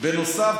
בנוסף,